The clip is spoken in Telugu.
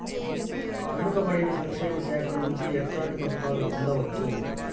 వెనుక పడిన సంక్షేమ శాఖ నుంచి ఎట్లాంటి పథకాలు పొందవచ్చు?